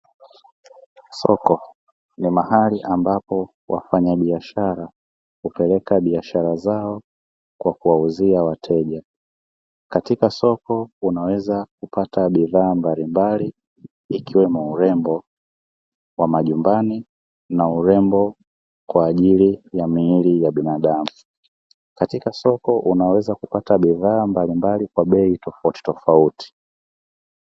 Soko ni mahali ambapo wafanya biashara hupeleka biashara zao kwa kuwauzia wateja. Katika soko unaweza kupata bidhaa mbalimbali ikiwemo urembo wa majumbani na urembo kwa ajili ya miili ya binadamu. Katika soko unaweza kupata bidhaa mbalimbali katika bei tofautitofauti.